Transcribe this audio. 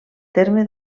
terme